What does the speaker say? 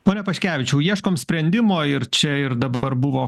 pone paškevičiau ieškom sprendimo ir čia ir dabar buvo